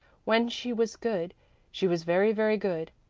when she was good she was very, very good,